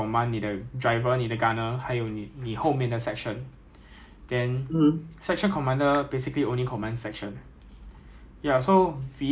ya then trigger commander 就是站在 vehicle 上面 and command 的 lah section commander 是 as good as infantry so that's why we are called armour infantry